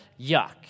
yuck